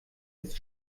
ist